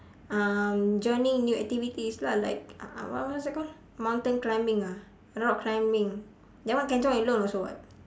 um joining new activities lah like what what's that called mountain climbing ah rock climbing that one can join alone also [what]